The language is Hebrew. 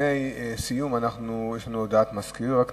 לפני סיום יש לנו הודעת מזכירת הכנסת,